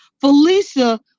Felicia